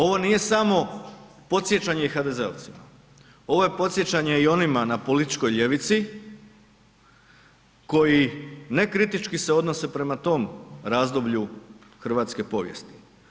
Ovo nije samo podsjećanje HDZ-ovcima, ovo je podsjećanje i onima na političkoj ljevici koji nekritički se odnose prema tom razdoblju hrvatske povijesti.